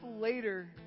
later